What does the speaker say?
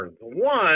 One